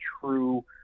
true